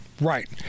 Right